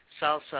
salsa